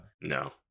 No